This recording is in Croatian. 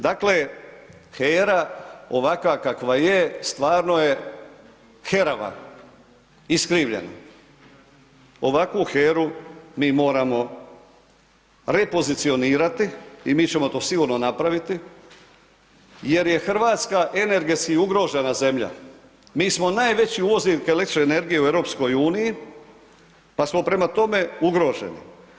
Dakle, HERA ovakva kakva je stvarno je herava, iskrivljena, ovakvu HERU mi moramo repozicionirati i mi ćemo to sigurno napraviti jer je Hrvatska energetski ugrožena zemlja mi smo najveći uvoznik električne energije u EU pa smo prema tome ugroženi.